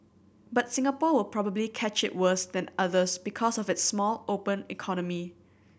but Singapore will probably catch it worse than others because of its small open economy